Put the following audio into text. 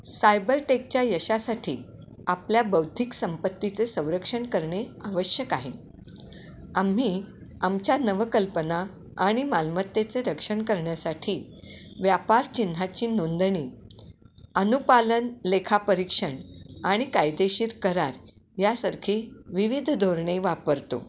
cyber टेकच्या यशासाठी आपल्या बौद्धिक संपत्तीचे संरक्षण करणे आवश्यक आहे आम्ही आमच्या नवकल्पना आणि मालमत्तेचे रक्षण करण्यासाठी व्यापार चिन्हाची नोंदणी अनुपालन लेखापरीक्षण आणि कायदेशीर करार यासारखी विविध धोरणे वापरतो